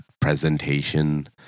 presentation